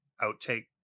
outtake